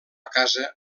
casa